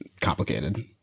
complicated